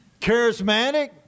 Charismatic